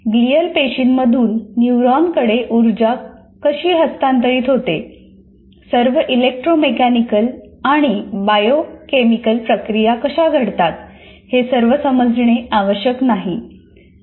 glial पेशींमधून न्यूरॉन्सकडे ऊर्जा कशी हस्तांतरित होते सर्व इलेक्ट्रोकेमिकल आणि बायोकेमिकल प्रक्रिया कशा घडतात हे सर्व समजणे आवश्यक नाही